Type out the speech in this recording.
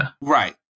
Right